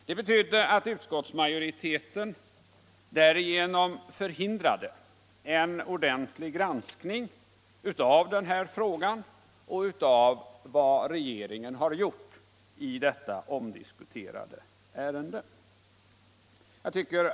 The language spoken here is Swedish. Det betydde att utskottsmajoriteten därigenom förhindrade en ordentlig granskning av denna fråga och av vad regeringen har gjort i detta omdiskuterade ärende.